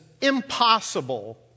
impossible